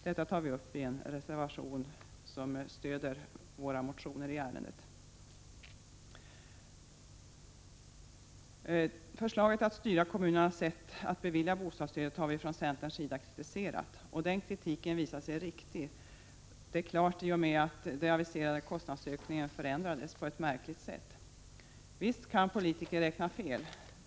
Detta tar vi uppi en reservation som stöder våra motioner i ärendet. Att kritiken visar sig riktig är klart i och med att den aviserade kostnadsökningen förändrats på ett märkligt sätt. Visst kan politiker räkna fel.